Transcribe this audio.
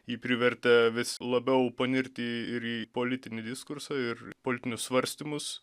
jį privertė vis labiau panirti ir į politinį diskursą ir politinius svarstymus